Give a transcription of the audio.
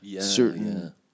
certain